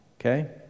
Okay